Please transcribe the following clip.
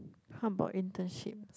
how about internship